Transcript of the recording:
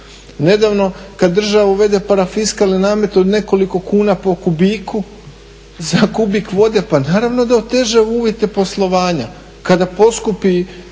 Nedavno kad država uvede parafiskalne namete od nekoliko kuna po kubiku za kubik vode, pa naravno da oteža uvjete poslovanja. Kada poskupi